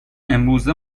امروزه